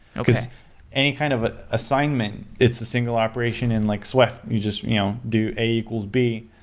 any kind of an assignment, it's a single operation in like swift. you just you know do a equals b,